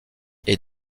est